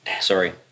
Sorry